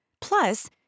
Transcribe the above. Plus